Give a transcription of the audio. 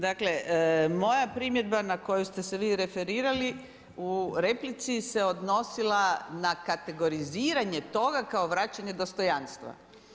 Dakle, moja primjedba na koju ste se vi referirali u replici se odnosila na kategoriziranje toga kao vraćanje dostojanstva.